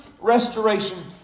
restoration